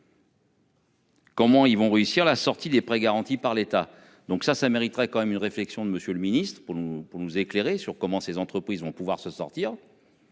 Comment ils vont réussir la sortie des prêts garantis par l'État. Donc ça, ça mériterait quand même une réflexion de monsieur le Ministre, pour nous, pour nous éclairer sur comment ces entreprises vont pouvoir se sortir.